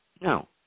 No